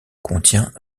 contient